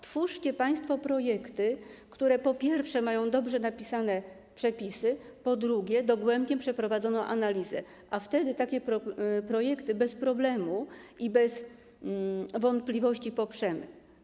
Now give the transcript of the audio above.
Twórzcie państwo projekty, które, po pierwsze, mają dobrze napisane przepisy, po drugie, dogłębnie przeprowadzoną analizę, a wtedy takie projekty bez problemu i bez wątpliwości poprzemy.